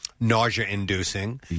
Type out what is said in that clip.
nausea-inducing